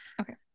okay